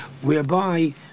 whereby